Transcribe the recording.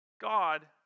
God